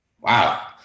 Wow